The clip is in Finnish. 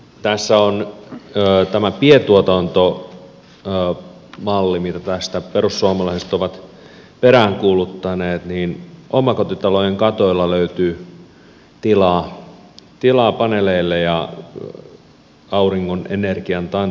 tässä pientuotantomallissa mitä tässä perussuomalaiset ovat peräänkuuluttaneet omakotitalojen katoilla löytyy tilaa paneeleille ja auringon energian talteen ottamiseen